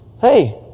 Hey